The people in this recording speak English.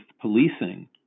policing